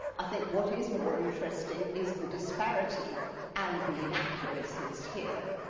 i think what is more interesting is the disparity and the inaccuracies here.